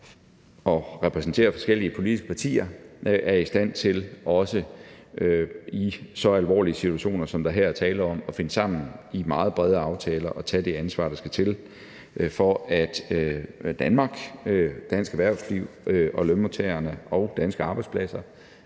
repræsenterer forskellige politiske partier, er i stand til, også i så alvorlige situationer, som der her er tale om, at finde sammen i meget brede aftaler og tage det ansvar, der skal til, for at Danmark, dansk erhvervsliv, lønmodtagerne og danske arbejdspladser